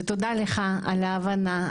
ותודה לך על ההבנה,